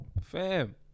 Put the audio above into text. Fam